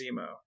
Zemo